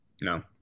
No